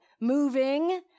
Moving